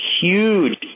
huge